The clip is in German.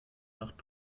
nacht